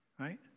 right